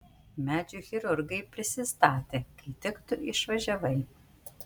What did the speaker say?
medžių chirurgai prisistatė kai tik tu išvažiavai